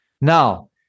Now